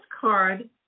card